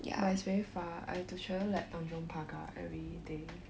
but it's very far I have to travel like tanjong pagar everyday